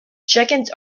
chickens